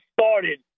started